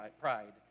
pride